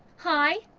hi.